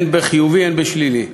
הן בחיובי והן בשלילי.